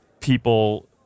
people